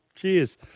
Cheers